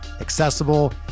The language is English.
accessible